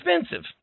expensive